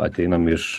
ateinam iš